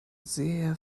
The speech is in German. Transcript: sehr